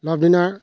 লাভলীনাৰ